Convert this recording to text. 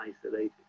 isolated